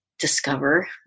discover